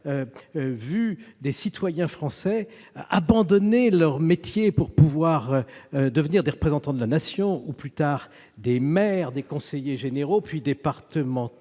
vu des citoyens français abandonner leur métier pour devenir des représentants de la Nation ou, plus tard, des maires, des conseillers généraux, puis départementaux,